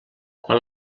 quan